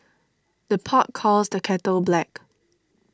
the pot calls the kettle black